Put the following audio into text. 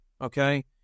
Okay